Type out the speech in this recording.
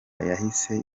yahise